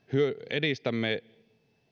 edistämme